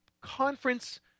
conference –